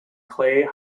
clay